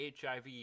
HIV